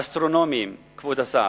אסטרונומיים, כבוד השר.